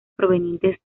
provenientes